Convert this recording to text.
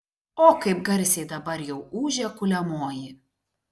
o kaip garsiai dabar jau ūžia kuliamoji